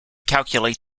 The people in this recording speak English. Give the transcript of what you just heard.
calculate